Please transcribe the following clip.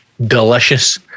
Delicious